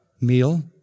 meal